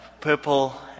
purple